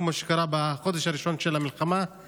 כמו שקרה בחודש הראשון של המלחמה,